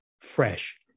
fresh